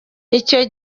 icyo